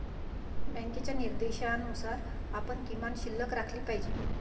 बँकेच्या निर्देशानुसार आपण किमान शिल्लक राखली पाहिजे